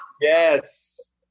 Yes